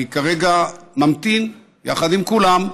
אני כרגע ממתין, יחד עם כולם,